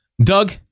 Doug